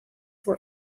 were